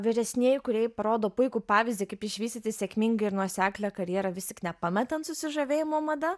vyresnieji kūrėjai parodo puikų pavyzdį kaip išvystyti sėkmingą ir nuoseklią karjerą vis tik nepametant susižavėjimo mada